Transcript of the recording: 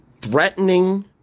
threatening